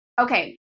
Okay